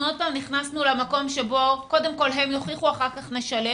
אנחנו עוד פעם נכנסו למקום שבו קודם כל הם יוכיחו ואחר כך נשלם,